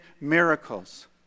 miracles